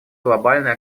глобальной